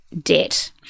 debt